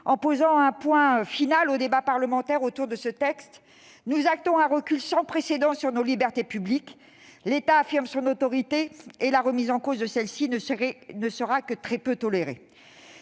en posant un point final aux débats parlementaires autour de ce texte, nous actons un recul sans précédent de nos libertés publiques. L'État affirme son autorité et la remise en cause de celle-ci ne sera que très peu tolérée